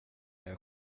jag